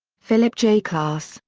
philip j. klass,